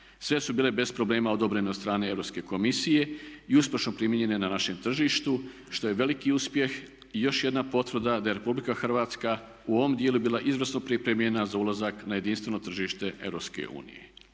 Sve su bile bez problema odobrene od strane Europske komisije i uspješno primjenjive na našem tržištu što je veliki uspjeh i još jedna potvrda da je Republika Hrvatska u ovom dijelu bila izvrsno pripremljena za ulazak na jedinstveno tržište Europske unije.